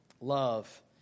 love